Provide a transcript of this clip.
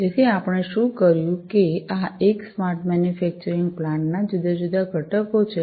તેથી આપણે શું કર્યું કે આ એક સ્માર્ટ મેન્યુફેક્ચરિંગ પ્લાન્ટ ના જુદા જુદા ઘટકો છે